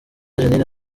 jeannine